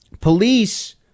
Police